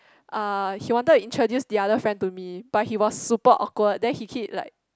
uh he wanted to introduce the other friend to me but he was super awkward then he keep like